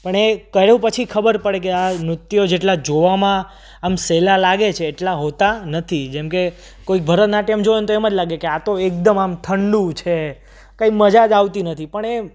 પણ એ કર્યું પછી ખબર પડે કે આ નૃત્યો જેટલા જોવામાં આમ સહેલાં લાગે છે એટલાં હોતાં નથી જેમકે કોઈ ભરતનાટયમ જુએ ને તો એમ જ લાગે કે આ તો એકદમ આમ ઠંડુ છે કંઈ મજા જ આવતી નથી પણ એ